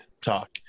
talk